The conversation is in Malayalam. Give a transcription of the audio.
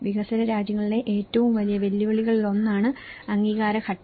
വികസ്വര രാജ്യങ്ങളിലെ ഏറ്റവും വലിയ വെല്ലുവിളികളിലൊന്നാണ് അംഗീകാര ഘട്ടം